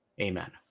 amen